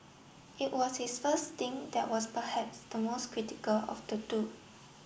it was his first stint that was perhaps the most critical of the two